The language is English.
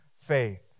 faith